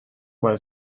while